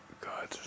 God